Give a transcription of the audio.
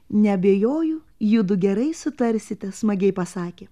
neabejoju judu gerai sutarsite smagiai pasakė